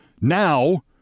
now